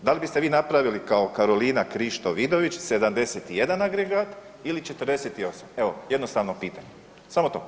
Da li biste vi napravili kao Karolina Krišto Vidović 71 agregat ili 48, evo jednostavno pitanje, samo to.